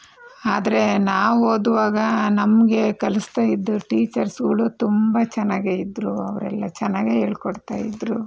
ಆದರೆ ನಾವು ಓದುವಾಗ ನಮಗೆ ಕಲಿಸ್ತಾಯಿದ್ದ ಟೀಚರ್ಸ್ಗಳು ತುಂಬ ಚೆನ್ನಾಗಿ ಇದ್ರು ಅವರೆಲ್ಲ ಚೆನ್ನಾಗಿ ಹೇಳ್ಕೊಡ್ತಾಯಿದ್ರು